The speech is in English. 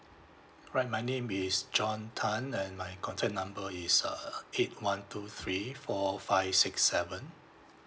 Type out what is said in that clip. alright my name is john tan and my contact number is uh uh eight one two three four five six seven